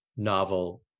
novel